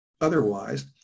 otherwise